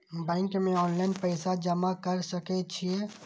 Bank में online पैसा जमा कर सके छीये?